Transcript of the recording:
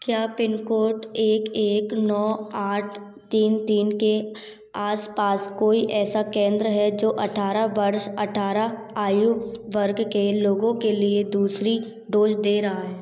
क्या pin code एक एक नौ आठ तीन तीन के आस पास कोई ऐसा केंद्र है जो अठारह वर्ष अठारह आयु वर्ग के लोगों के लिए दूसरी डोज़ दे रहा है